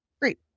Great